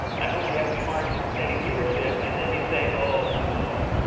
i hope we have smart and steady leadership. and then you say, oh, no.